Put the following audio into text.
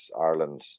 Ireland